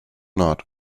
not